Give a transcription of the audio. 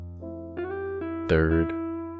Third